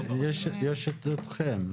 יש אתכם.